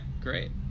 Great